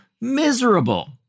miserable